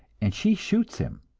and she shoots him.